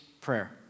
prayer